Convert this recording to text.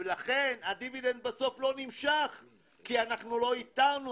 הדיבידנד בסוף לא נמשך כי לא איתרנו